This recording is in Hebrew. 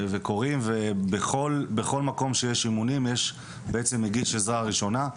ובכול מקום שיש אימונים יש מגיש עזרה ראשונה,